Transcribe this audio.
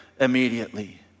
immediately